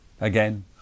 again